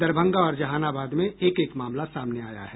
दरभंगा और जहानाबाद में एक एक मामला सामने आया है